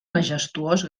majestuós